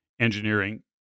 engineering